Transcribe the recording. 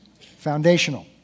Foundational